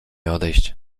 odejść